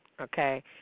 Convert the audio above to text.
okay